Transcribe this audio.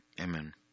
Amen